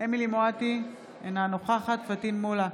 אמילי חיה מואטי, אינה נוכחת פטין מולא,